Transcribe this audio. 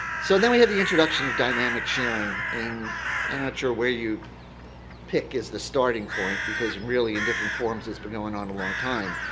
so then we have the introduction of dynamic sharing, and i'm not sure where you pick as the starting point because really, in different forms, it's been going on a long time.